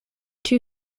two